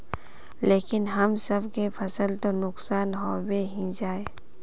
लेकिन हम सब के फ़सल तो नुकसान होबे ही जाय?